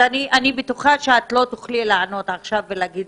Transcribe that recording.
אני בטוחה שאת לא תוכלי לענות עכשיו ולהגיד